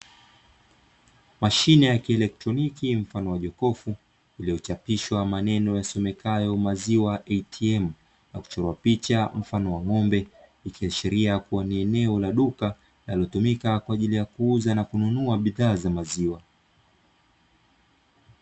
Mashine ya kielektroniki mfano wa jokofu, iliyochapishwa maneno yasomekayo "Maziwa ATM"na kuchorwa picha mfano wa ng'ombe, ikiashiria kuwa ni eneo la duka linalotumika kwa ajili ya kuuza na kununua bidhaa za maziwa.